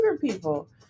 people